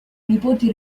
nipoti